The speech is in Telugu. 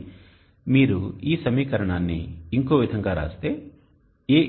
కాబట్టి మీరు ఈ సమీకరణాన్ని ఇంకో విధంగా రాస్తే A